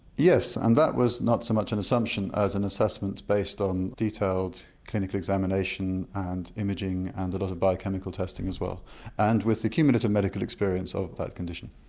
yes and that was not so much an assumption as an assessment based on detailed clinical examination and imaging and a lot of biochemical testing as well and with accumulative medical experience of that condition.